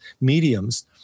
mediums